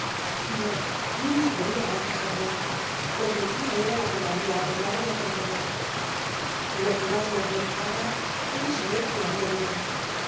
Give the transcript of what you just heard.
pero no me atre'ia i cruejarme pues mi tia era la que me babia arreglado de aquel modo lo que mas me preocupaba era saber qué haria de mi